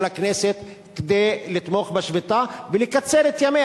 הכנסת כדי לתמוך בשביתה ולקצר את ימיה.